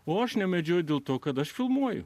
o aš nemedžioju dėl to kad aš filmuoju